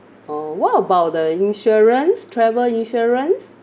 oh what about the insurance travel insurance